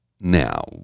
Now